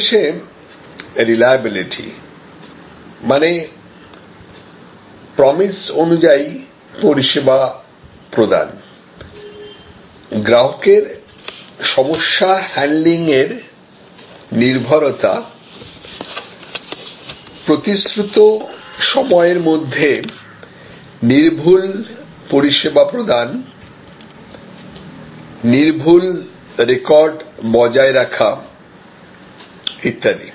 সবশেষে রিলাইএবেলিটি মানে প্রমিস অনুযায়ী পরিষেবা প্রদান গ্রাহকের সমস্যা হ্যান্ডলিং এর নির্ভরতা প্রতিশ্রুত সময়ের মধ্যে নির্ভুল পরিষেবা প্রদান নির্ভুল রেকর্ড বজায় রাখা ইত্যাদি